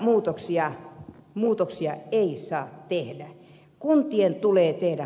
minkäänlaisia muutoksia ei saa tehdä